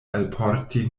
alporti